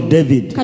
David